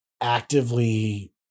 actively